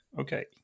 okay